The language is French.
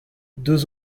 deux